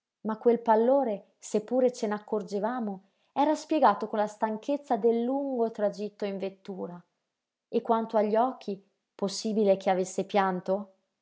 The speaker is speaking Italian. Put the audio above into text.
ma quel pallore seppure ce n'accorgevamo era spiegato con la stanchezza del lungo tragitto in vettura e quanto agli occhi possibile che avesse pianto